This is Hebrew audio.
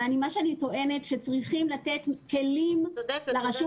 אבל אני טוענת שצריכים לתת כלים לרשות